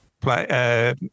Play